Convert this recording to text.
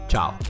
Ciao